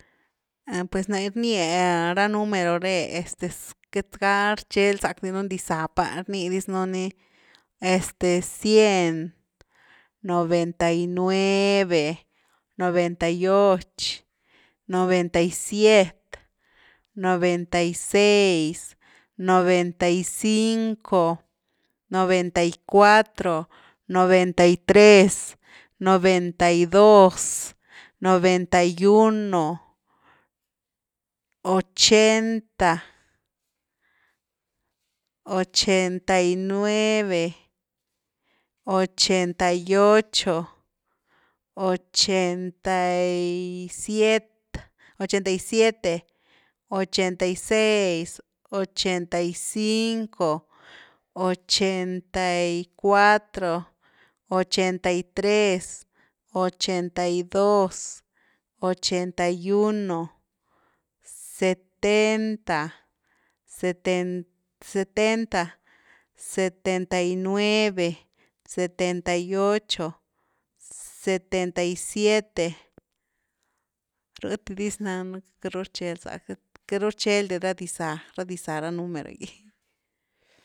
Pues na rnia ra numero re este queity ga rcheld zack dinu ni dixza pa, rnidis nú ni este, cien, noventa y nueve, noventa y och, noventa y siet, noventa y seis, noventa y cinco, noventa y cuarto, noventa y tres, noventa y dos, noventa y uno, ochenta, ochenta y nueve, ochenta y ocho, ochenta y siente-ochenta y siete, ochenta y sies, ochenta y cinco, ochenta y cuatro, ochenta y tres, ochenta y dos, ochenta y uno, setenta-setenta, setenta y nueve, setenta y ocho, setenta y siete, rh ti dis nan queity ru rchel zackdya, queity ru rcheldia ra dixza, ra dixza ra numero gy.